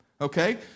Okay